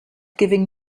giving